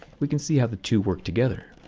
we can see how the two work together.